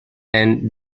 and